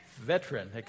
veteran